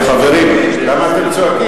חברים, למה אתם צועקים?